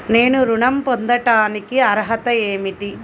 నేను ఋణం పొందటానికి అర్హత ఏమిటి?